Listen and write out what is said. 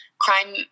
Crime